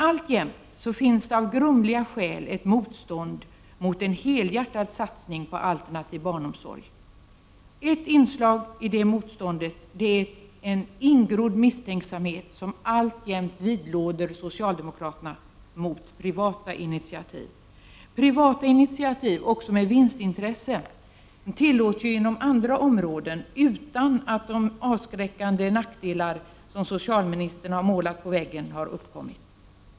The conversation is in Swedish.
Alltjämt finns emellertid av grumliga skäl ett motstånd mot en helhjärtad satsning på alternativ inom barnomsorgen. Ett inslag i det motståndet är en ingrodd misstänksamhet mot privata initiativ vilken alltjämt vidlåder socialdemokratin. Privata initiativ, också med vinstintresse, tillåts ju inom andra områden utan att de avskräckande nackdelar som socialministern har målat på väggen har uppstått.